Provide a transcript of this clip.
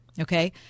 okay